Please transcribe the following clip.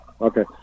okay